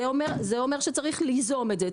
זה אומר שצריך ליזום את זה.